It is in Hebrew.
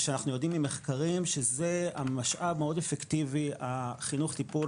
אנחנו יודעים ממחקרים שזה המשאב המאוד אפקטיבי החינוך טיפול,